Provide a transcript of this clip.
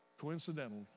coincidental